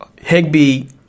Higby